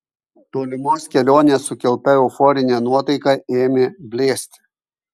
tolimos kelionės sukelta euforinė nuotaika ėmė blėsti